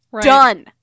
Done